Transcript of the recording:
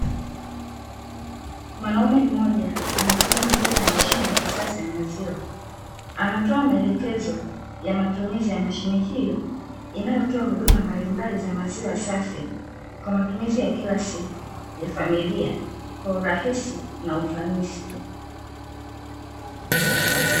Mwanaume mmoja amesimama mbele ya mashine ya kisasa ya maziwa, anatoa maelekezo ya matumizi ya mashine hiyo inayotoa huduma mbalimbali za maziwa safi kwa matumizi ya kila siku ya familia kwa urahisi na ufanisi.